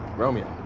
romeo?